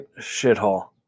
shithole